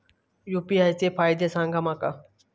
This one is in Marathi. यू.पी.आय चे फायदे सांगा माका?